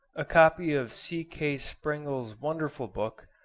a copy of c k. sprengel's wonderful book,